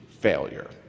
failure